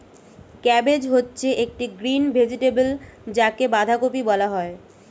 cabbage হচ্ছে একটি green vegetable যাকে বাঁধাকপি বলা হয়